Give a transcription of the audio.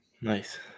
Nice